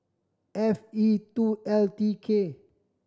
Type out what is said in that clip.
F E two L T K